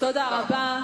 תודה רבה.